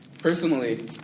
Personally